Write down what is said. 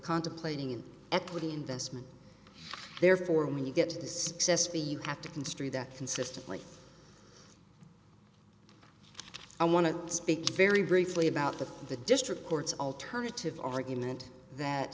contemplating an equity investment therefore when you get to the success b you have to construe that consistently i want to speak very briefly about the the district courts alternative argument that